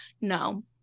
No